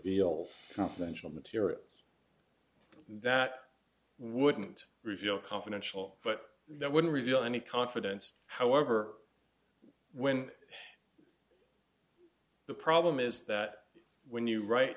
all confidential materials that wouldn't reveal confidential but that wouldn't reveal any confidence however when the problem is that when you write